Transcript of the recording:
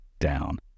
down